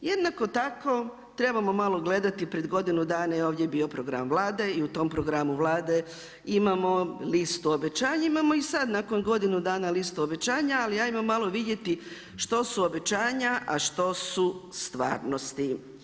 Jednako tako trebamo malo gledati, pred godinu dana je ovdje bio program Vlade i u tom programu Vlade imamo listu obećanja, imamo i sad nakon godinu dana listu obećanja, ali ajmo malo vidjeti što su obećanja a što su stvarnosti.